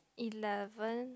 eleven